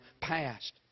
passed